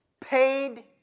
Paid